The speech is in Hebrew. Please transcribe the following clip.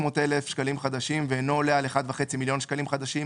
אלף שקלים חדשים ואינו עולה על 1.5 מיליון שקלים חדשים,